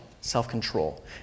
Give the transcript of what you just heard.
self-control